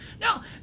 no